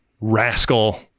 rascal